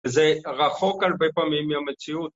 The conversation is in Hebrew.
וזה רחוק הרבה פעמים מהמציאות.